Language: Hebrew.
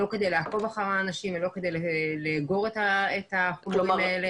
זה לא כדי לעקוב אחרי האנשים ולא כדי לאגור את הצילומים האלה.